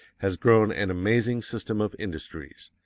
has grown an amazing system of industries.